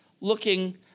looking